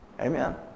Amen